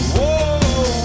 Whoa